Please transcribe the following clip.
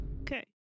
Okay